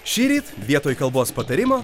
šįryt vietoj kalbos patarimo